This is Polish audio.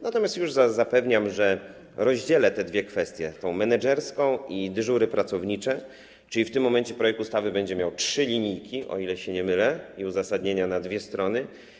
Natomiast już zapewniam, że rozdzielę te dwie kwestie, tę menedżerską i dyżury pracownicze, czyli w tym momencie projekt ustawy będzie miał trzy linijki, o ile się nie mylę, i uzasadnienia na dwie strony.